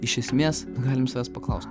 iš esmės galim savęs paklaust